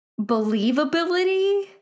believability